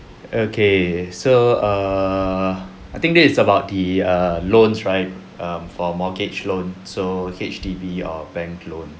okay so err I think this is about the err loans right err for mortgage loan so H_D_B or bank loan